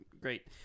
great